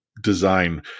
design